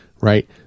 right